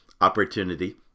opportunity